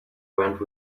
went